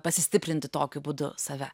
pasistiprinti tokiu būdu save